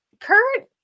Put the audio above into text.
Kurt